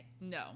no